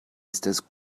estas